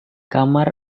kamar